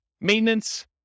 Maintenance